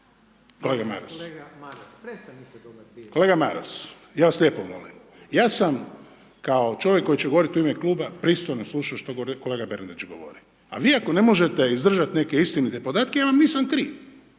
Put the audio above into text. Kolega Maras ja vas lijepo molim, ja sam kao čovjek koji će govoriti u ime Kluba pristojno slušao što kolega Bernardić govori, a vi ako ne možete izdržati neke istinite podatke ja vam nisam kriv.